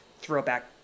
throwback